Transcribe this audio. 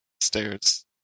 stairs